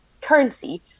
currency